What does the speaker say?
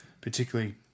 particularly